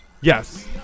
Yes